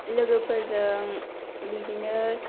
लोगोफोरजों बिदिनो